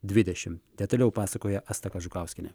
dvidešimt detaliau pasakoja asta kažukauskienė